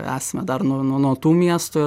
esame dar nuo nuo nuo tų miestų